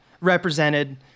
Represented